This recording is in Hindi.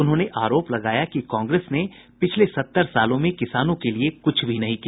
उन्होंने आरोप लगाया कि कांग्रेस ने पिछले सत्तर सालों में किसानों के लिये कुछ भी नहीं किया